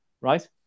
right